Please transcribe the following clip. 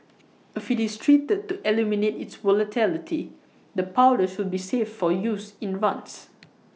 if IT is treated to eliminate its volatility the powder should be safe for use in runs